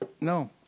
No